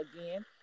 again